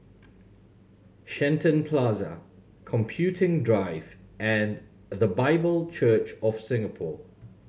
Shenton Plaza Computing Drive and The Bible Church of Singapore